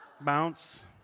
Bounce